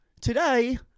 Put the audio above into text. Today